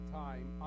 time